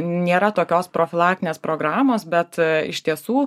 nėra tokios profilaktinės programos bet iš tiesų